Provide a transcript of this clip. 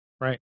right